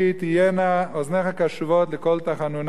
תהיינה אזניך קשבות לקול תחנוני"